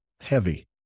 heavy